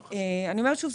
אני אומרת שוב,